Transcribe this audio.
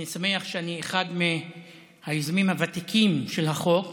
אני שמח שאני אחד מהיוזמים הוותיקים של החוק